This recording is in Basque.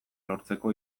lortzeko